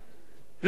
לא אני.